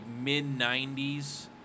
mid-90s